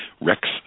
Rex